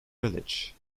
village